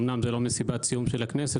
אמנם זו לא מסיבת סיום של הכנסת,